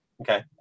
okay